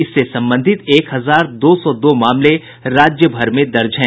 इससे संबंधित एक हजार दो सौ दो मामले राज्यभर में दर्ज हैं